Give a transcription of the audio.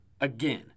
Again